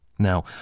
Now